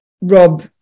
Rob